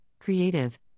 creative